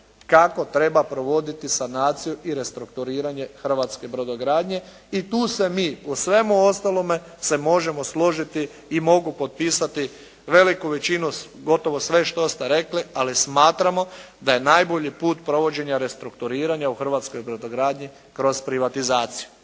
kako treba provoditi sanaciju i restrukturiranje hrvatske brodogradnje i tu se mi u svemu ostalome se možemo složiti i mogu potpisati veliku većinu, gotovo sve što ste rekli, ali smatramo da je najbolji put provođenja restrukturiranja u hrvatskoj brodogradnji kroz privatizaciju.